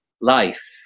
life